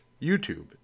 YouTube